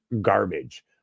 garbage